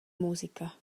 musica